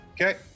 Okay